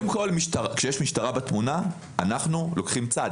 אנחנו לוקחים צד,